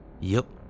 Yup